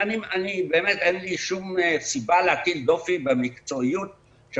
באמת אין לי שום סיבה להטיל דופי במקצועיות של